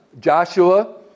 Joshua